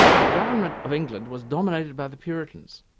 the government of england was dominated by the puritans,